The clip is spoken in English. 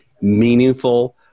meaningful